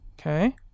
Okay